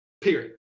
period